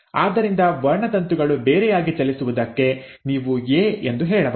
ಆದ್ದರಿಂದ ವರ್ಣತಂತುಗಳು 'ಬೇರೆಯಾಗಿ' ಚಲಿಸುವುದಕ್ಕೆ ನೀವು 'ಎ ʼ ಎಂದು ಹೇಳಬಹುದು